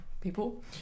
people